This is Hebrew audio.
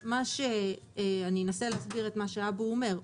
מה אבו אומר?